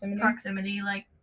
proximity-like